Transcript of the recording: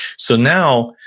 so now,